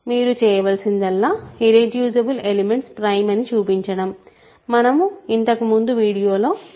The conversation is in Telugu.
మీరు చేయవలసిందల్లా ఇర్రెడ్యూసిబుల్ ఎలిమెంట్స్ ప్రైమ్ అని చూపించడం మనం ఇది ఇంతకు ముందు వీడియో లలో చేశాము